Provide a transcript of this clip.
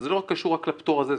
זה לא קשור רק לפטור הזה,